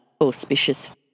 auspicious